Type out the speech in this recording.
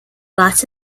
bat